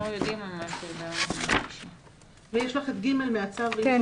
אנחנו עוד לא יודעים --- ויש לך את (ג) מהצו --- כן,